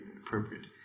appropriate